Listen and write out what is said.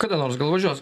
kada nors gal važiuos